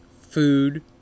food